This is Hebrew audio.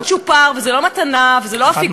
אבל זה לא צ'ופר, וזה לא מתנה, וזה לא אפיקומן.